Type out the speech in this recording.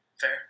Fair